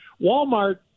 Walmart